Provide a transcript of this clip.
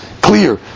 clear